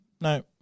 no